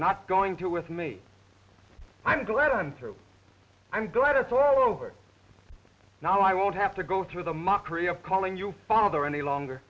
not going to with me i'm glad i'm through i'm glad it's all over now i won't have to go through the mockery of calling you father any longer